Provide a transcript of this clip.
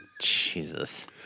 Jesus